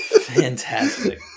Fantastic